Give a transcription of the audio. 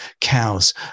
cows